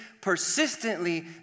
persistently